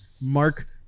Mark